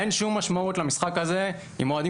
אין שום משמעות למשחק הזה אם אוהדים